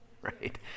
right